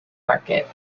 market